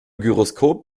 gyroskop